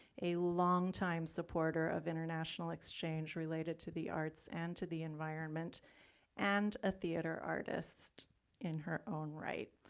a longtime supporter of international exchange related to the arts and to the environment and a theater artist in her own right.